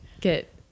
get